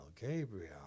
Gabriel